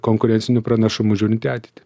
konkurencinių pranašumų žiūrint į ateitį